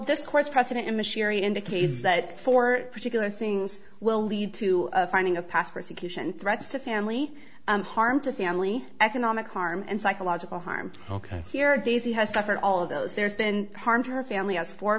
this court's precedent in machinery indicates that for particular things will lead to a finding of past persecution threats to family harm to family economic harm and psychological harm ok here daisy has suffered all of those there's been harmed her family has four o